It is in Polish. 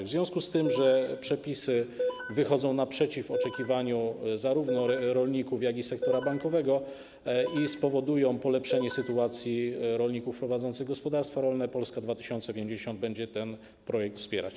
W związku z tym, że przepisy te wychodzą naprzeciw oczekiwaniom zarówno rolników, jak i sektora bankowego, ponadto powodują polepszenie sytuacji rolników prowadzących gospodarstwa rolne, Polska 2050 będzie ten projekt popierać.